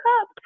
cup